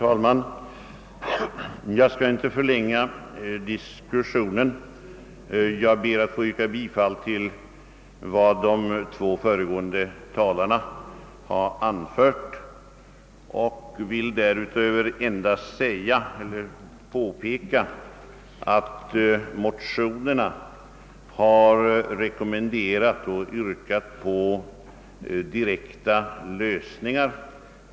Herr talman! Jag ber att få instämma i vad de två föregående talarna har anfört. Jag vill därutöver endast påpeka att motionärerna har rekommenderat och yrkat på vissa bestämda lösningar.